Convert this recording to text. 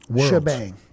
shebang